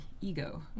ego